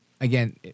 Again